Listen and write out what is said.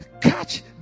catch